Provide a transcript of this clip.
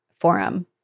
forum